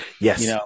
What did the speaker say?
Yes